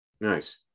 Nice